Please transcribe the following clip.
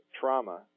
trauma